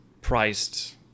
priced